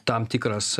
tam tikras